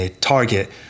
target